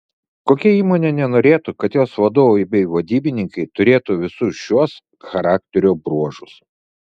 kokia įmonė nenorėtų kad jos vadovai bei vadybininkai turėtų visus šiuos charakterio bruožus